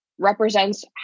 Represents